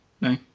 No